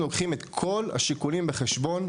אנחנו לוקחים את כל השיקולים בחשבון,